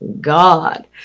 God